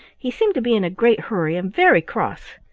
he seemed to be in a great hurry and very cross.